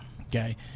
Okay